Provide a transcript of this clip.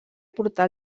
portà